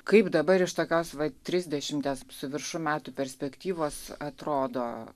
kaip dabar iš tokios va trisdešimties su viršum metų perspektyvos atrodo